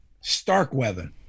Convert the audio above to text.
starkweather